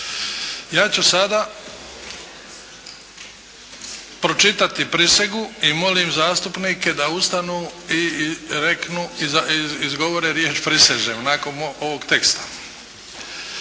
Ja ću sada pročitati prisegu i molim zastupnike da ustanu i reknu, izgovore riječ “prisežem“ nakon mog ovog teksta.